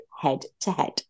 head-to-head